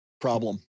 problem